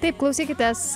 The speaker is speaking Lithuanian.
taip klausykitės